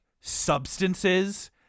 substances